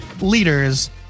leaders